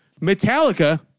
Metallica